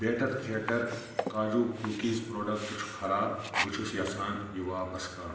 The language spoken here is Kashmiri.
بیٹر چیٹر کاجوٗ کُکیٖز پرٛوڈکٹ چھُ خراب بہٕ چھُس یَژھان یہِ واپس کَرُن